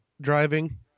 driving